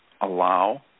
allow